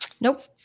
Nope